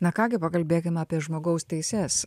na ką gi pakalbėkim apie žmogaus teises